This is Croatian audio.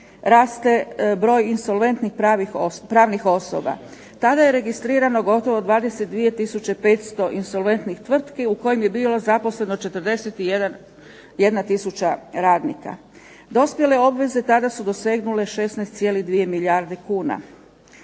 raste broj insolventnih pravnih osoba. Tada je registrirano gotovo 22 500 insolventnih tvrtki u kojim je bilo zaposleno 41 tisuća radnika. Dospjele obveze tada su dosegnule 16,2 milijarde kuna.